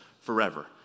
forever